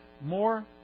more